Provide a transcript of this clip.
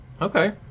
Okay